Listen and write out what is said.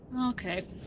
Okay